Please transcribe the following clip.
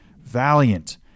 valiant